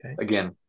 again